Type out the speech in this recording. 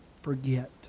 forget